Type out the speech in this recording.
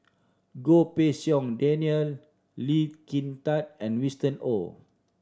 Goh Pei Siong Daniel Lee Kin Tat and Winston Oh